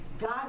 God